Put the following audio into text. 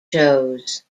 shows